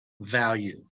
value